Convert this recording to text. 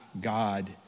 God